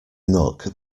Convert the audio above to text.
nook